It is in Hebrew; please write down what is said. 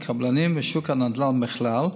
על הקבלנים ועל שוק הנדל"ן בכלל,